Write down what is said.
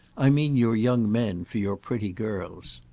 i mean your young men for your pretty girls.